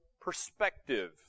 perspective